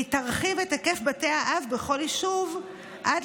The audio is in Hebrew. והיא תרחיב את היקף בתי האב בכל יישוב עד